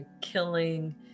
killing